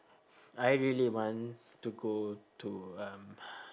I really want to go to um